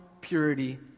purity